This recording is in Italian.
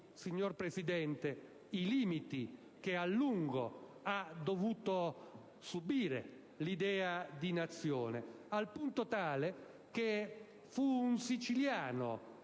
signor Presidente, i limiti che a lungo ha dovuto subire l'idea di nazione, al punto tale che fu un siciliano